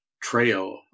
trail